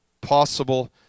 possible